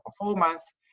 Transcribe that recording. performance